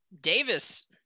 Davis